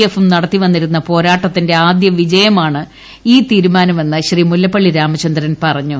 എഫും നടത്തിവന്നിരുന്ന പോരാട്ടത്തിന്റെ ആദ്യവിജയമാണ് ഈ തീരുമാനമെന്ന് ശ്രീ മുല്ലപ്പള്ളി രാമചന്ദ്രൻ പറഞ്ഞു